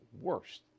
worst